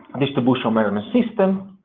distribution um um system,